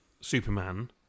Superman